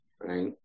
Right